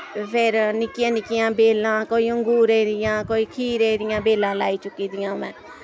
ते फिर निक्कियां निक्कियां बेलां कोई अंगूरे दि'यां कोई खीरे दि'यां बेलां लाई चुकी दी आं मैं